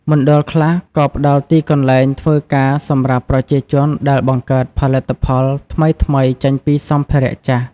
មណ្ឌលខ្លះក៏ផ្តល់ទីកន្លែងធ្វើការសម្រាប់ប្រជាជនដែលបង្កើតផលិតផលថ្មីៗចេញពីសម្ភារៈចាស់។